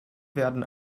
werden